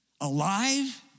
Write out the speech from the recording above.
alive